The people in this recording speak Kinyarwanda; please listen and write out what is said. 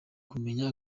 kumenya